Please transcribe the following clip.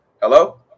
Hello